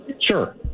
Sure